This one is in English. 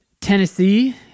Tennessee